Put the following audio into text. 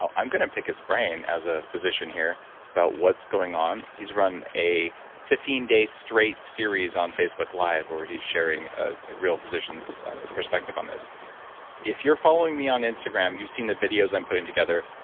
i'm going to pick his brain as a physician here about what's going on. he's run a fifteen day straight series on facebook live, where he's sharing a real physician's perspective on this if you're following me on instagram, you've seen the videos i'm putting together.